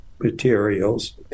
Materials